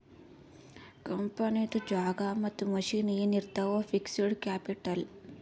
ಕಂಪನಿದು ಜಾಗಾ ಮತ್ತ ಮಷಿನ್ ಎನ್ ಇರ್ತಾವ್ ಅವು ಫಿಕ್ಸಡ್ ಕ್ಯಾಪಿಟಲ್